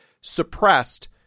suppressed